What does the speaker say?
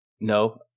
No